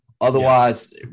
otherwise